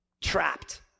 Trapped